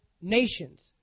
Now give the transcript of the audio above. nations